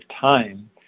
time